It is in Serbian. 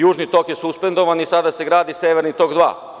Južni tok“ je suspendovan i sada se gradi „Severni tok 2“